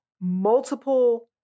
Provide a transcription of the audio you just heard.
multiple